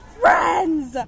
friends